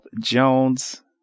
Jones